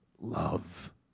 love